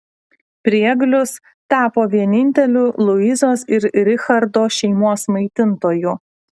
prieglius tapo vieninteliu luizos ir richardo šeimos maitintoju